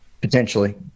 potentially